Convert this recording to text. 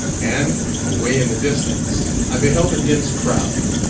and, away in the distance, i beheld a dense crowd,